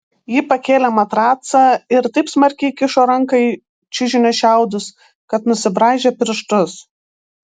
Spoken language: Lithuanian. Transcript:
ji pakėlė matracą ir taip smarkiai įkišo ranką į čiužinio šiaudus kad nusibraižė pirštus